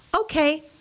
okay